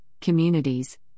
communities